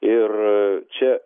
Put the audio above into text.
ir čia